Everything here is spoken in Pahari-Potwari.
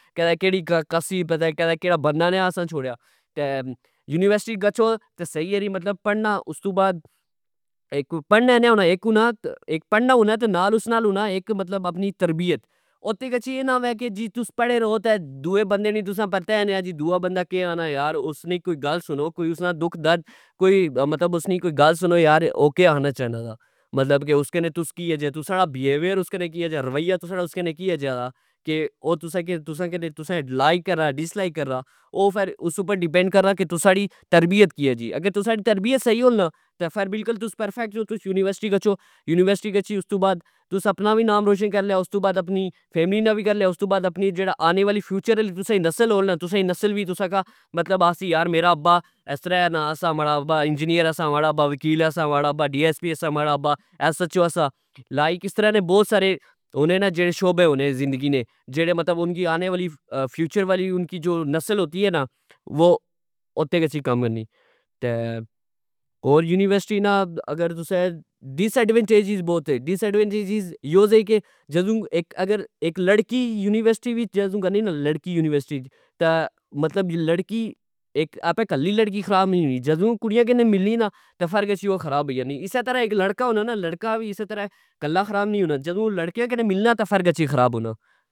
کرہ کیڑی کسی اپر کیڑا بنا نی اسا چھوڑیا تہ ,یونیورسٹی اچ گچھو تہ سہی کری پڑھنا استو بعد ,اک پڑھنا نا نے ہونا اک پڑنا ہونا تہ نال اس نال ہونا اپنی تربیعت اتھے گچھی اے نا. وہ کہ تساں پڑے نے ہو تہ دؤے بندے نا تسا کی پتا اہ نا دؤا بندا کہ آکھنا یار اس نی کوئی گل سنو اسنا کوئی دکھ دردکوئی مطلب گل سنو او کہ آکھنا چانا سا مطلب کہ اسکے نے تس کیا جے تسا نا بیہیوئر اس کے کیا جا روئیا, تسا کے اس نا کیا جا او تسا کہ لائک کرا ڈس لائک کرا او فر, اس اپر ڈیپینڈ کرنا کہ تساں نی تربیعت کیہ جی اگر تسا نی تربیعت سہی ہون نا فر تس فر بلکل پرفیقت دو تسا یونیورسٹی گچھو یونیورسٹی گچھی تس اپنا وی نام روشن کرن لے. استو بعد اپنی فیملی نا وی کرن لگے استو بعد جیڑا آنے والی فیوچر نی تساں نی نسل وی ہون نا نسل وی تساں کی آکھسی یرا ماڑآ ابا انجینئیر سا ماڑا اباوکیل سا ماڑا ابا ڈی ایس پی سا ماڑا ابا ایس ایچ او سا لائک اس رہ نے بؤ سارے ہونے نا جیڑے شوبے ہونے ذندگی نے جیڑے مطلب ان کے آنے والے فیوچرکی انکی نصل ہوتی اے نا وہ اتھے گچھی کم آنی ہور یونیورسٹی نا اگر تسا ڈسایڈونٹیجیز بوت اے ڈیسایٹوینٹیجیز یو سے کہ اگر اک لڑکی یونیورسٹی گنی نا لڑکی یونیورسٹی اچ تہ مطلب آپہ کلی لڑکی خراب نی ہونی جدو کڑیاں کی ملنی نا فر گچھی او خراب ہوئی جلنی اسہ طرع اک لڑکا ہونا نا لڑکا وی کلا خراب نی ہونا جدو لڑکے کی گچھی ملنا نا ادو گچھی خراب ہونا